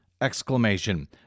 exclamation